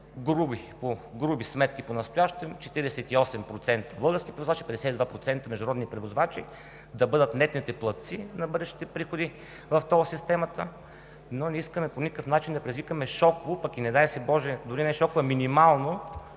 груби сметки понастоящем – 48% български превозвачи, 52% международни превозвачи да бъдат нетните платци на бъдещите приходи в тол системата. Не искаме обаче по никакъв начин да предизвикаме шоково, пък не дай си боже, дори не шоково, а минимално,